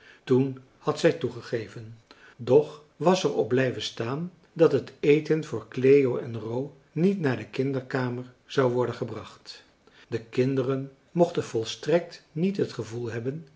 toen had zij toegegeven doch was er op blijven staan dat het eten voor cleo en ro niet naar de kinderkamer zou worden gebracht de kinderen mochten volstrekt niet het gevoel hebben